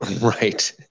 right